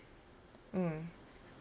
mm